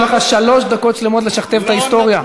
אתה משכתב את ההיסטוריה.